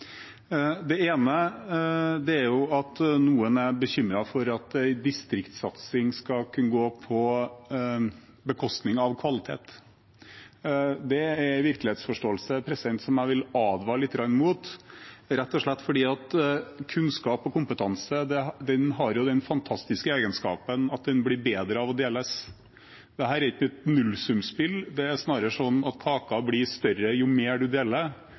Det ene er at noen er bekymret for at en distriktssatsing skal kunne gå på bekostning av kvalitet. Det er en virkelighetsforståelse jeg vil advare litt mot, rett og slett fordi kunnskap og kompetanse har den fantastiske egenskapen at de blir bedre av å deles. Dette er ikke et nullsumspill. Det er snarere sånn at kaka blir større jo mer man deler,